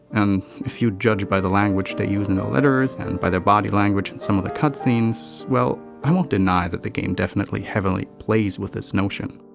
and if you judge by the language they use in their letters and by their body language in some of the cutscenes, well, i won't deny that the game definitely heavily plays with this notion.